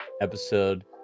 episode